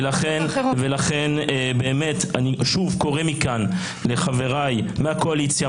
ולכן אני שוב קורא מכאן לחבריי מהקואליציה,